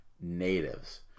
natives